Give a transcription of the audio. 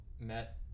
met